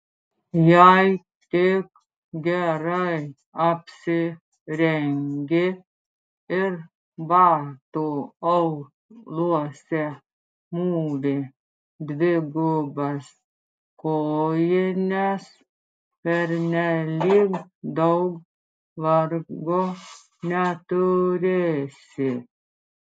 jei tik gerai apsirengi ir batų auluose mūvi dvigubas kojines pernelyg daug vargo neturėsi